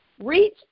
reach